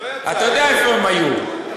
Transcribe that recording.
אתה יודע איפה הם היו.